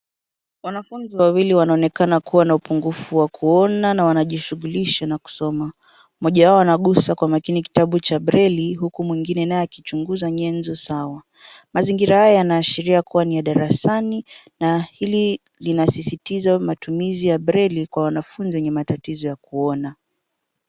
Wanafunzi wawili wanaonekana kuwa na upungufu wa kuona na wanajishughulisha na kusoma. Mmoja wao anaguza kwa makini kitabu cha breli huku mwingine naye akichuguza nyezo zao. Mazingira haya yanaashiria kuwa ni ya darasani na hili linasisitiza matumizi ya breli kwa wanafunzi wenye matatizo ya kuona.